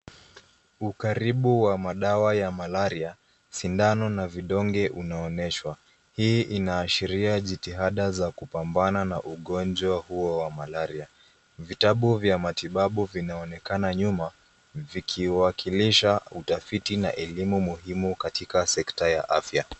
Ukaribu wa madawa ya malaria, sindano na vidonge unaonyeshwa. Hii inaashiria jitihada za kupambana na ugonjwa huo wa malaria. Vitabu vya matibabu vinaonekana nyuma vikiwakilisha utafiti na elimu muhimu katika sekta ya afya.